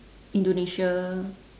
indonesia